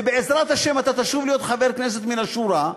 ובעזרת השם אתה תשוב להיות חבר כנסת מן השורה,